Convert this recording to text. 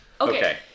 Okay